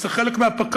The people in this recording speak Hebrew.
זה חלק מהפק"ל.